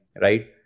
right